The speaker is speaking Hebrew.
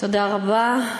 תודה רבה.